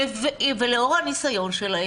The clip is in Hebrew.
אנשים עם ניסיון,